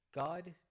God